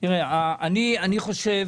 אני חושב